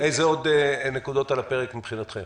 אילו עוד נקודות עומדות על הפרק מבחינתכם?